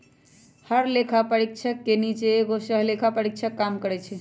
हर लेखा परीक्षक के नीचे एगो सहलेखा परीक्षक काम करई छई